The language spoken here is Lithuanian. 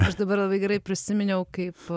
aš dabar labai gerai prisiminiau kaip